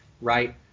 right